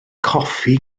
coffi